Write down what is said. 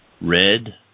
red